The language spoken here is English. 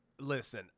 listen